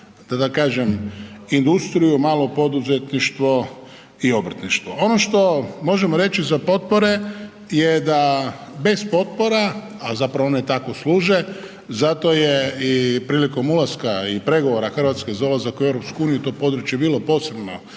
za da kažem, industriju, malo poduzetništvo i obrtništvo. Ono što možemo reći da potpore je da bez potpora a zapravo one tako služe, zato je i prilikom ulaska i pregovora Hrvatske za ulazak u EU to područje bilo posebno